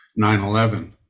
9-11